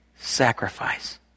sacrifice